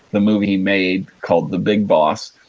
the movie he made called the big boss,